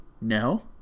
No